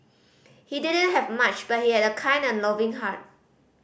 he didn't have much but he had a kind and loving heart